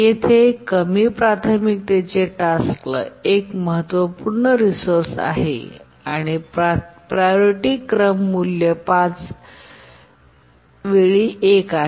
येथे कमी प्राथमिकतेचे टास्क एक महत्त्वपूर्ण रिसोर्सेस आहे आणि प्रायोरिटी क्रम मूल्य 5 वेळी 1 आहे